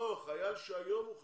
חייל שהיום הוא חייל.